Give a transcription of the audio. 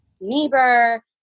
neighbor